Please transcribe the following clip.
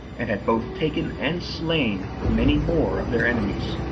and had both taken and slain many more of their enemies.